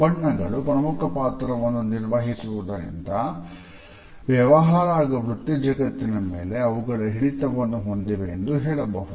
ಬಣ್ಣಗಳು ಪ್ರಮುಖ ಪಾತ್ರವನ್ನು ನಿರ್ವಹಿಸುವುದರಿಂದ ವ್ಯವಹಾರ ಹಾಗೂ ವೃತ್ತಿ ಜಗತ್ತಿನ ಮೇಲೆ ಅವುಗಳು ಹಿಡಿತವನ್ನು ಹೊಂದಿವೆ ಎಂದು ಹೇಳಬಹುದು